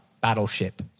Battleship